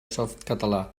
softcatalà